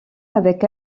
avec